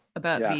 about